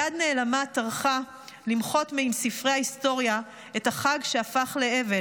יד נעלמה טרחה למחות מעם ספרי ההיסטוריה את החג שהפך לאבל,